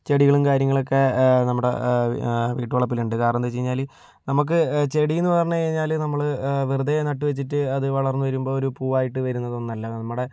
ചെടികളും കാര്യങ്ങളൊക്കെ നമ്മുടെ വീട്ടുവളപ്പിലുണ്ട് കാരണം എന്താണെന്ന് വച്ച് കഴിഞ്ഞാല് നമുക്ക് ചെടിയെന്ന് പറഞ്ഞു കഴിഞ്ഞാല് നമ്മള് വെറുതെ നട്ട് വച്ചിട്ട് അത് വളർന്ന് വരുമ്പോൾ ഒരു പൂവായിട്ട് വരുന്നതൊന്നുമല്ല നമ്മുടെ